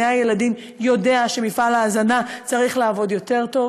הילדים יודע שמפעל ההזנה צריך לעבוד יותר טוב.